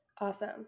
awesome